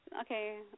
Okay